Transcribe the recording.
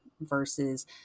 versus